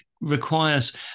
requires